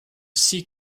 six